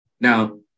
Now